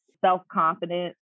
self-confidence